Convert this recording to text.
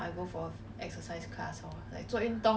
I can never do fifty sia